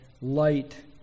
light